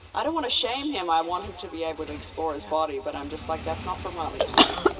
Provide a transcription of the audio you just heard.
i don't want to shame him, i want him to be able to explore his body. but i'm just like, that's not for mommy, sweetie.